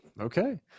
Okay